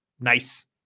nice